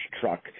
truck